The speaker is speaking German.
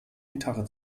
gitarre